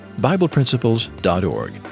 BiblePrinciples.org